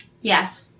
Yes